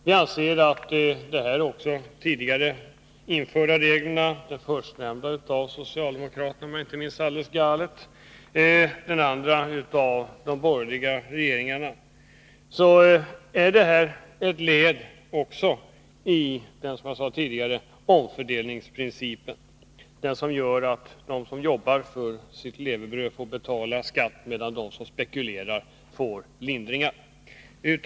Vi anser att de tidigare införda reglerna — de förstnämnda av socialdemokraterna, om jag inte minns alldeles fel, och de andra av de borgerliga regeringarna — är ett led i, som jag sade tidigare, omfördelningsprincipen, den princip som gör att de som jobbar för sitt levebröd får betala skatt, medan de som spekulerar får lindringar.